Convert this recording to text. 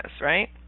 right